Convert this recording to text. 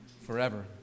forever